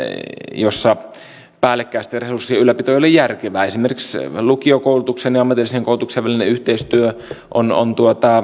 joilla päällekkäisten resurssien ylläpito ei ole järkevää esimerkiksi lukiokoulutuksen ja ammatillisen koulutuksen välinen yhteistyö on on